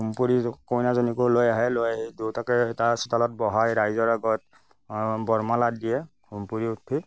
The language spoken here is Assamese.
হোম পুৰি কইনাজনীকো লৈ আহে লৈ আহি দুয়োটাকে এটা স্থানত বহাই ৰাইজৰ আগত বৰমালা দিয়ে হোম পুৰি উঠি